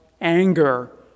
anger